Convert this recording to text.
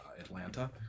Atlanta